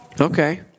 Okay